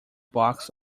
box